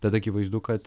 tad akivaizdu kad